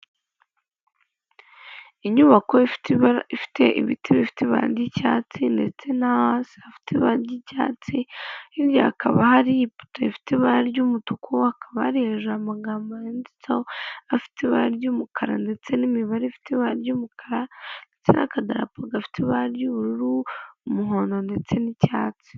Inyubako ifite ibara ifite ibiti bifite ibara ry'icyatsi ndetse no hasi hafiteba ry'icyatsi, hirya hakaba hari ipoto ifite ibara ry'umutuku, hakaba hari hejuru amagambo yanditseho afite ibara ry'umukara ndetse n'imibare ifite ibara ry'umuka ndetse n'akadarapo gafite ibara ry'ubururu, umuhondo ndetse n'icyatsi.